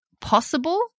possible